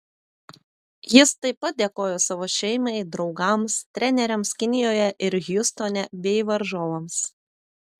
jis taip pat dėkojo savo šeimai draugams treneriams kinijoje ir hjustone bei varžovams